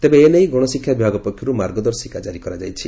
ତେବେ ଏନେଇ ଗଣଶିକ୍ଷା ବିଭାଗ ପକ୍ଷରୁ ମାର୍ଗଦର୍ଶିକା ଜାରି କରାଯାଇଛି